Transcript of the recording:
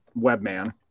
Webman